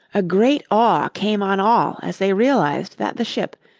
a great awe came on all as they realised that the ship,